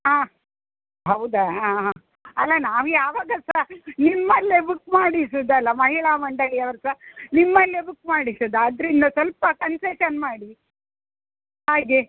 ಹಾಂ ಹೌದಾ ಹಾಂ ಅಲ್ಲ ನಾವು ಯಾವಾಗ ಸಹ ನಿಮ್ಮಲ್ಲೇ ಬುಕ್ ಮಾಡಿಸುದಲ್ಲ ಮಹಿಳಾ ಮಂಡಳಿ ಅವ್ರ್ದು ನಿಮ್ಮಲ್ಲೇ ಬುಕ್ ಮಾಡಿಸುದು ಅದರಿಂದ ಸ್ವಲ್ಪ ಕನ್ಸೇಶನ್ ಮಾಡಿ ಹಾಗೆ